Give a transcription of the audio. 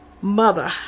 mother